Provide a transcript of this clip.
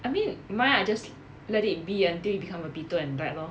I mean mine I just let it be until it become a bitter and died lor